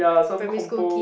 primary school kid